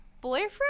boyfriend